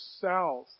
south